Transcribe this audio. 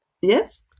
Yes